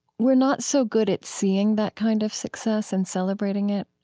we're not so good at seeing that kind of success and celebrating it.